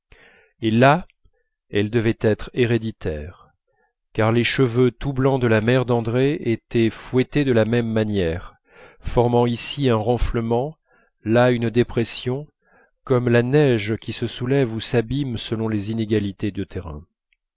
et là elle devait être héréditaire les cheveux tout blancs de la mère d'andrée étaient fouettés de la même manière formant ici un renflement là une dépression comme la neige qui se soulève ou s'abîme selon les inégalités du terrain